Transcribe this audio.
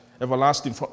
everlasting